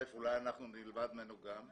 אל"ף, אולי אנחנו נלמד ממנו גם,